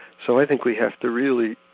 so i think we have to really